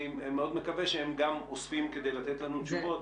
מאוד מקווה שהם גם אוספים לתת לנו תשובות.